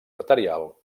arterial